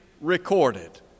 recorded